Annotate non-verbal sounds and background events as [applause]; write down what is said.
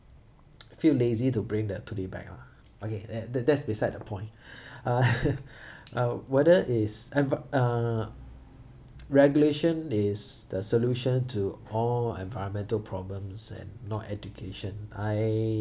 [noise] feel lazy to bring that tote bag ah okay that that's besides the point [breath] uh [laughs] uh whether is env~ uh [noise] regulation is the solution to all environmental problems and not education I